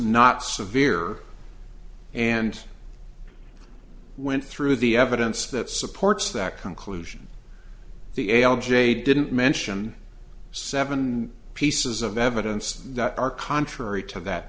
not severe and went through the evidence that supports that conclusion the a l j didn't mention seven pieces of evidence that are contrary to that